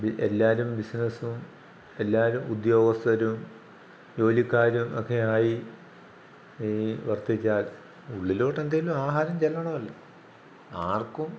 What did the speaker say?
എല്ലാവരും ബിസിനസ്സും എല്ലാവരും ഉദ്യോഗസ്ഥരും ജോലിക്കാരും ഒക്കെ ആയി വർദ്ധിച്ചാൽ ഉള്ളിലോട്ടെന്തെങ്കിലും ആഹാരം ചെല്ലണമല്ലോ ആർക്കും